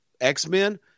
X-Men